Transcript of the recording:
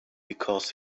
because